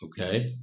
Okay